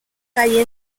calle